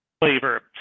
flavor